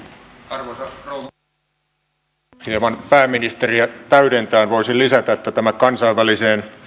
arvoisa rouva puhemies hieman pääministeriä täydentäen voisin lisätä että tämän kansainvälisen